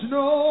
no